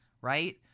right